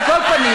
על כל פנים,